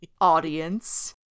Audience